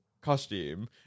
costume